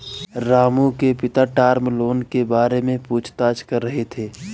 रामू के पिता term loan के बारे में पूछताछ कर रहे थे